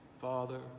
Father